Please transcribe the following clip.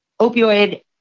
Opioid